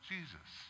Jesus